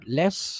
less